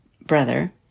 brother